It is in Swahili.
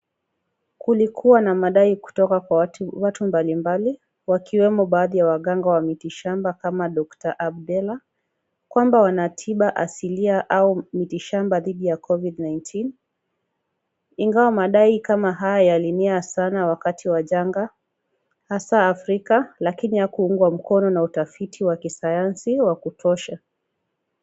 Kupikwa na madai kutoka kwa watu mbalimbali, wakiwemo baadhi ya waganga wa miti shamba kam Dr Abdela. Kwamba wanatibu asilia au miti shamba dhidhi ya Covid-19 ingawa madai kama haya yalinia sana wakati wa janga hasa Afrika lakini haikuungwa mkono na utafiti wa kisayansi wa kutosha.